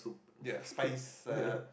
yes but is a